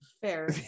Fair